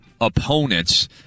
opponents